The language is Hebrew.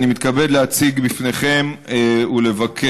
אני מתכבד להציג לפניכם ולבקשכם,